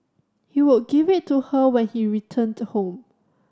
he would give it to her when he returned home